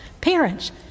parents